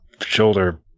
shoulder